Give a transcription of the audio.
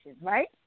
right